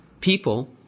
People